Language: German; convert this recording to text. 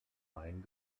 main